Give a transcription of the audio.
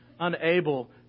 unable